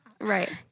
Right